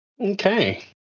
Okay